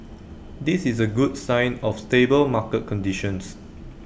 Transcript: this is A good sign of stable market conditions